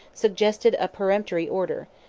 suggested a peremptory order,